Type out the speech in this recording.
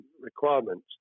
requirements